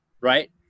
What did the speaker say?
right